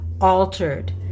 altered